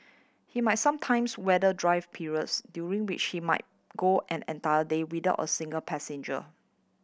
he must sometimes weather dry periods during which he might go an entire day without a single passenger